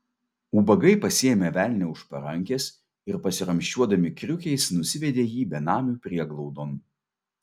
ubagai pasiėmė velnią už parankės ir pasiramsčiuodami kriukiais nusivedė jį benamių prieglaudon